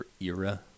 era